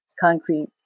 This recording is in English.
concrete